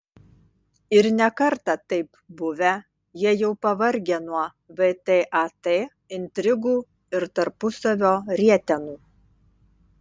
ir ne kartą taip buvę jie jau pavargę nuo vtat intrigų ir tarpusavio rietenų